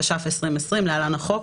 התש"ף 2020 (להלן החוק),